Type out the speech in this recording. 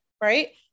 right